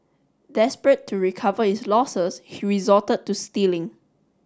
desperate to recover his losses he resorted to stealing